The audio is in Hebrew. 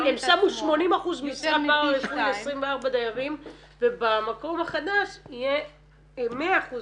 הם שמו 80% משרה ל-24 דיירים ובמקום החדש יהיה 100%